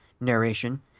narration